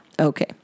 Okay